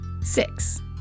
Six